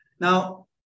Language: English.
Now